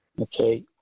Okay